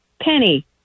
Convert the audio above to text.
Penny